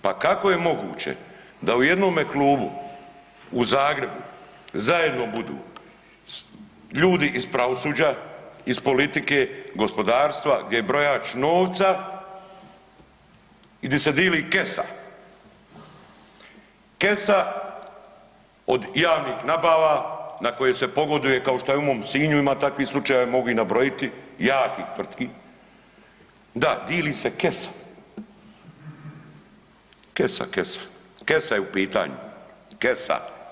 Pa kako je moguće da u jednom klubu u Zagrebu zajedno budu ljudi iz pravosuđa, iz politike, gospodarstva gdje je brojač novca i gdi se dili kesa, kesa od javnih nabava na koje se pogoduje kao što je i u mom Sinju ima takvih slučajeva, mogu ih nabrojiti, jakih tvrtki, da dili se kesa, kesa, kesa, kesa je u pitanju, kesa.